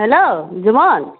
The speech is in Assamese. হেল্ল' জুমন